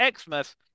Xmas